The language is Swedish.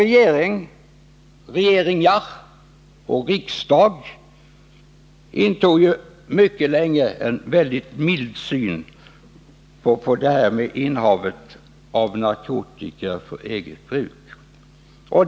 Regering och riksdag hade mycket länge en väldigt mild syn på innehavet av narkotika för eget bruk.